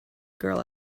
girl